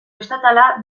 estatala